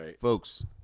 Folks